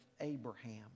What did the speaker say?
Abraham